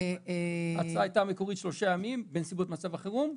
ההצעה המקורית הייתה שלושה ימים בנסיבות מצב החירום,